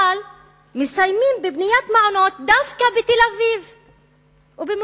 אבל מסיימים בבניית מעונות דווקא בתל-אביב ובמודיעין.